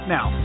Now